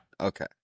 Okay